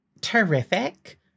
Terrific